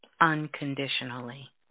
unconditionally